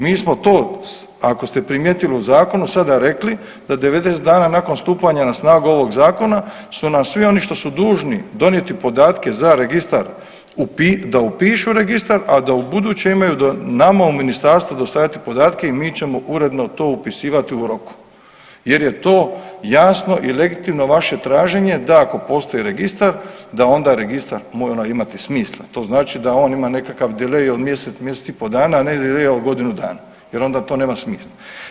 Mi smo to ako ste primijetili u Zakonu sada rekli da 90 dana nakon stupanja na snagu ovog Zakona su nam svi oni što su dužni donijeti podatke za Registar da upišu Registar a da ubuduće imaju nama u Ministarstvu dostavljati podatke i mi ćemo to uredno upisivati u roku, jer je to jasno i legitimno vaše traženje, da ako postoji Registar da Registar onda mora imati smisla, to znači da on ima nekakav dilej od mjesec, mjesec i po dana a ne dilej od godinu dana, jer onda to nema smisla.